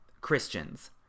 Christians